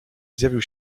zjawił